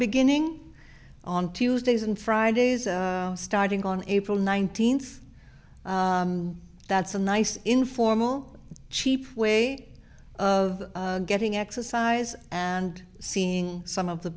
beginning on tuesdays and fridays starting on april nineteenth that's a nice informal cheap way of getting exercise and seeing some of the